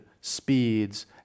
speeds